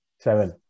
Seven